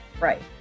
Right